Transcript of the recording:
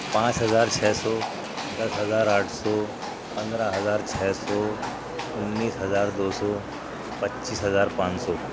پانچ ہزار چھ سو دس ہزار آٹھ سو پندرہ ہزار چھ سو انّیس ہزار دو سو پچیس ہزار پانچ سو